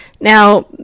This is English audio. Now